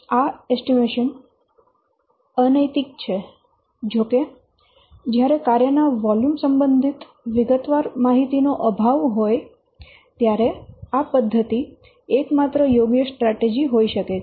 તેથી આ એસ્ટીમેટ અનૈતિક છે જો કે જ્યારે કાર્ય ના વોલ્યુમ સંબંધિત વિગતવાર માહિતી નો અભાવ હોય ત્યારે આ પદ્ધતિ એકમાત્ર યોગ્ય સ્ટ્રેટેજી હોઈ શકે છે